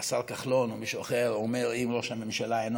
שהשר כחלון או מישהו אחר אומר: אם ראש הממשלה אינו